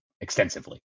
extensively